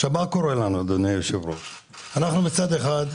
אנחנו מצד אחד,